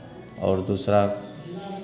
और दूसरा